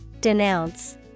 Denounce